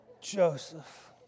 Joseph